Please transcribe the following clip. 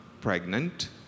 pregnant